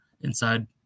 inside